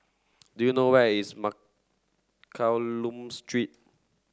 do you know where is Mccallum Street